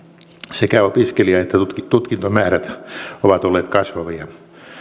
sekä opiskelija että tutkintomäärät ovat olleet kasvavia